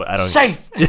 Safe